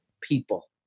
people